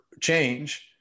change